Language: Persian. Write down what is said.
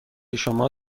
شما